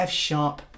F-sharp